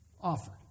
offered